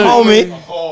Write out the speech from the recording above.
Homie